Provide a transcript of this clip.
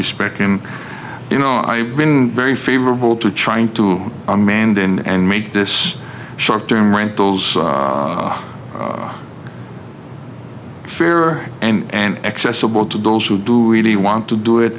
respect him you know i been very favorable to trying to amanda and make this short term rentals fair and accessible to those who do really want to do it